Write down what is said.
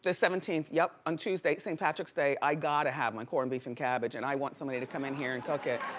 the seventeenth, yup. on tuesday, saint patrick's day, i gotta have my corned beef and cabbage and i want somebody to come in here and cook it.